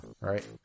right